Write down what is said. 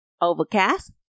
overcast